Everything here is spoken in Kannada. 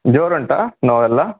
ಜೋರು ಉಂಟಾ ನೋವೆಲ್ಲ